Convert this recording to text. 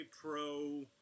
pro